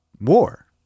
war